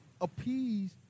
appease